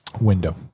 window